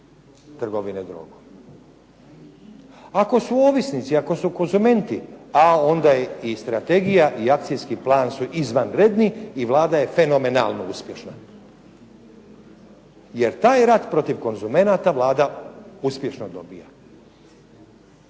trgovine drogom? Ako su ovisnici, ako su konzumenti a onda je i strategija i akcijski plan su izvanredni i Vlada je fenomenalno uspješna jer taj rat protiv konzumenata Vlada uspješno dobiva.